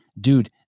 Dude